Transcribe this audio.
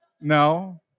No